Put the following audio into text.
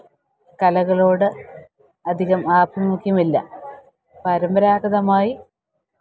കലകളോട് അധികം ആഭിമുഖ്യമില്ല പരമ്പരാഗതമായി